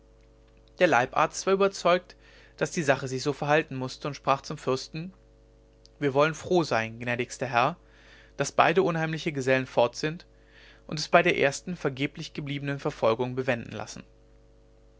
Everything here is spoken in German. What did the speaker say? der leibarzt war überzeugt daß die sache sich so verhalten mußte und sprach zum fürsten wir wollen froh sein gnädigster herr daß beide unheimliche gesellen fort sind und es bei der ersten vergeblich gebliebenen verfolgung bewenden lassen